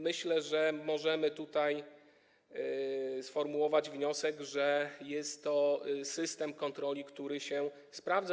Myślę, że możemy tutaj sformułować wniosek, że jest to system kontroli, który się sprawdza.